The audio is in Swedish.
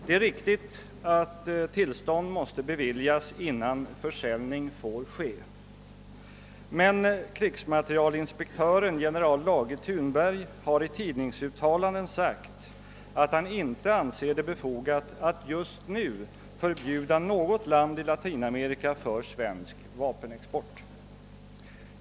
Det är riktigt att tillstånd måste beviljas innan försäljning får ske. Men krigsmaterielinspektören general Lage Thunberg har i tidningsuttalanden sagt att han inte anser det befogat förbjuda något land i Latinamerika för svensk vapenexport.